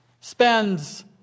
spends